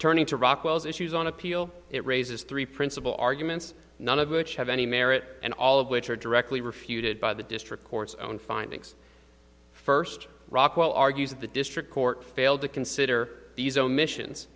turning to rockwell's issues on appeal it raises three principal arguments none of which have any merit and all of which are directly refuted by the district court's own findings first rockwell argues that the district court failed to consider these omissions